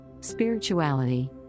Spirituality